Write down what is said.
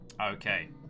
Okay